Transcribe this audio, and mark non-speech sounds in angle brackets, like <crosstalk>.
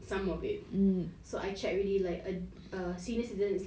<laughs>